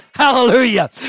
hallelujah